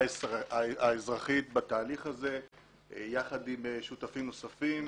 האזרחית בתהליך הזה יחד עם שותפים נוספים.